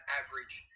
average